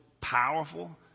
powerful